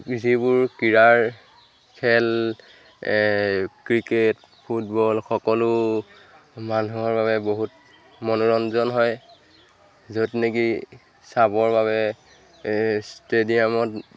যিবোৰ ক্ৰীড়াৰ খেল ক্ৰিকেট ফুটবল সকলো মানুহৰ বাবে বহুত মনোৰঞ্জন হয় য'ত নেকি চাবৰ বাবে ষ্টেডিয়ামত